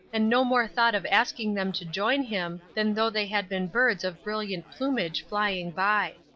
and no more thought of asking them to join him than though they had been birds of brilliant plumage flying by.